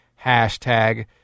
Hashtag